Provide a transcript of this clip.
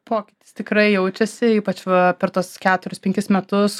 pokytis tikrai jaučiasi ypač va per tuos keturis penkis metus